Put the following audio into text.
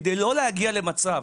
כדי לא להגיע למצב